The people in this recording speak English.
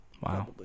Wow